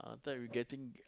thought we getting